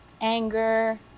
anger